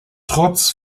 trotz